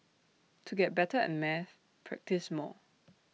to get better at maths practise more